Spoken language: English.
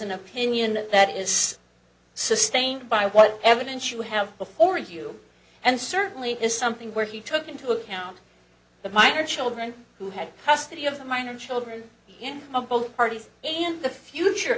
an opinion that is sustained by what evidence you have before you and certainly is something where he took into account the minor children who had custody of the minor children in both parties and the future